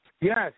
Yes